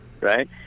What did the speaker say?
Right